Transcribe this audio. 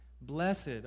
Blessed